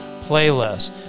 playlist